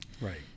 Right